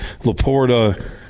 Laporta